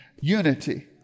unity